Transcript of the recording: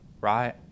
right